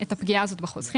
שתפגע את הפגיעה הזאת בחוסכים.